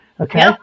Okay